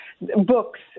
books